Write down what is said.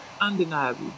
Undeniable